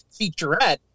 featurette